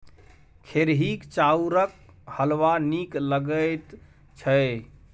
खेरहीक चाउरक हलवा नीक लगैत छै